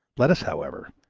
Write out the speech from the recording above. let us, however,